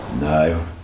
No